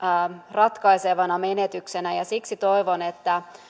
ratkaisevana menetyksenä siksi toivon että